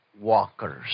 walkers